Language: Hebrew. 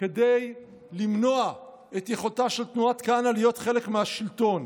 כדי למנוע את יכולתה של תנועת כהנא להיות חלק מהשלטון,